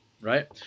right